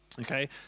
Okay